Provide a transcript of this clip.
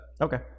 Okay